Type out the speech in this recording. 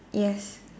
yes